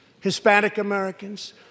Hispanic-Americans